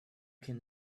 can